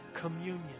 communion